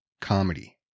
comedy